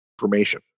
information